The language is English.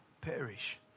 perish